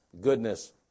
goodness